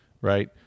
right